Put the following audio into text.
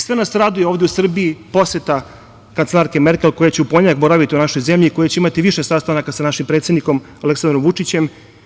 Sve nas raduje ovde u Srbiji poseta kancelarke Merkel koja će u ponedeljak boraviti u našoj zemlji i koja će imati više sastanaka sa našim predsednikom Aleksandrom Vučićem.